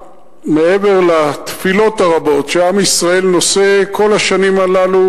מעבר לתפילות הרבות שעם ישראל נושא כל השנים הללו,